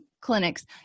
clinics